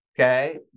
okay